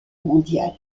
mondiale